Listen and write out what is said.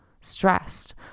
stressed